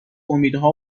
امیدها